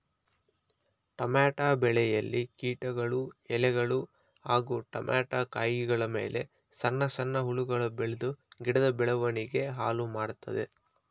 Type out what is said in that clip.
tomato ಬೆಳೆಯಲ್ಲಿ ಕೀಟಗಳು ಎಲೆಗಳು ಹಾಗೂ ಟಮೋಟ ಕಾಯಿಗಳಮೇಲೆ ಸಣ್ಣ ಸಣ್ಣ ಹುಳಗಳು ಬೆಳ್ದು ಗಿಡದ ಬೆಳವಣಿಗೆ ಹಾಳುಮಾಡ್ತದೆ